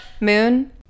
Moon